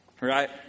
right